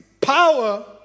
power